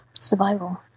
Survival